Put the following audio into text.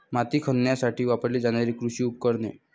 माती खणण्यासाठी वापरली जाणारी कृषी उपकरणे